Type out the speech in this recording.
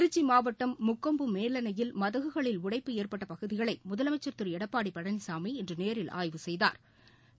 திருச்சிமாவட்டம் முக்கொம்பு மேலனையில் மதகுகளில் உடைப்பு ஏற்பட்டபகுதிகளைமுதலமைச்சர் திருடப்பாடிபழனிசாமி இன்றுநேரில் ஆய்வு செய்தாா்